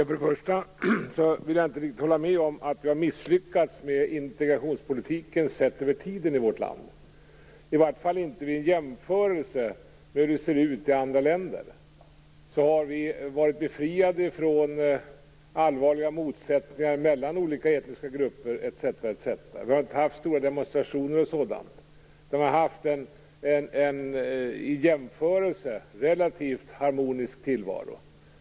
Fru talman! Jag vill inte riktigt hålla med om att vi har misslyckats med integrationspolitiken sett över tiden i vårt land, i vart fall inte i jämförelse med hur det ser ut i andra länder. Vi har varit befriade från allvarliga motsättningar mellan olika etniska grupper. Vi har inte haft några stora demonstrationer och sådant, utan vi har haft en relativt harmonisk tillvaro.